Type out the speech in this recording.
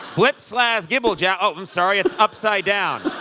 lipslav gibble ja oh, i'm sorry. it's upside-down.